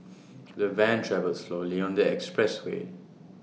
the van travelled slowly on the expressway